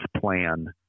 plan